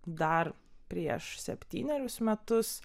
dar prieš septynerius metus